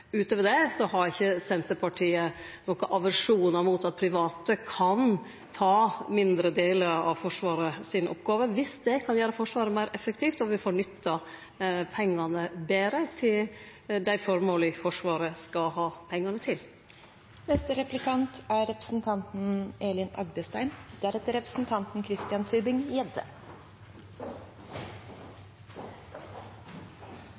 Utover det har ikkje Senterpartiet aversjonar mot at private kan ta over mindre delar av Forsvaret si oppgåve viss det kan gjere Forsvaret meir effektivt og me får nytta pengane betre til dei føremåla Forsvaret skal bruke pengane til. Som vi har hørt flere framheve i debatten i dag, er